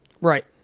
Right